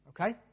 Okay